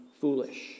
foolish